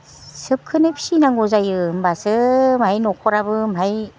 सोबखोनो फिसिनांगौ जायो होमब्लासो माहाय न'खराबो माहाय